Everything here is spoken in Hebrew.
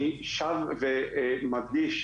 אני שב ומדגיש,